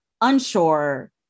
unsure